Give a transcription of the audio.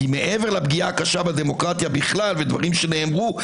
כי מעבר לפגיעה הקשה בדמוקרטיה בכלל ודברים שנאמרו,